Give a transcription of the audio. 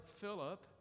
Philip